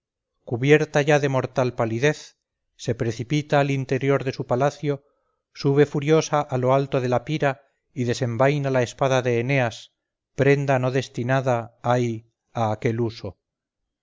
cubierta ya de mortal palidez se precipita al interior de su palacio sube furiosa a lo alto de la pira y desenvaina la espada de eneas prenda no destinada ay a aquel uso